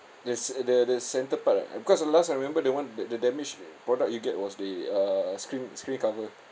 there's uh the the centre part right because the last I remember the one the the damage product you get was the err screen screen cover